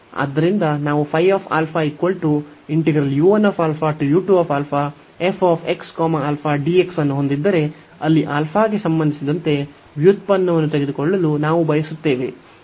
ಆದ್ದರಿಂದ ನಾವು ಅನ್ನು ಹೊಂದಿದ್ದರೆ ಅಲ್ಲಿ α ಗೆ ಸಂಬಂಧಿಸಿದಂತೆ ವ್ಯುತ್ಪನ್ನವನ್ನು ತೆಗೆದುಕೊಳ್ಳಲು ನಾವು ಬಯಸುತ್ತೇವೆ